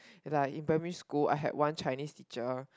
and like in primary school I had one Chinese teacher